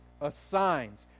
assigns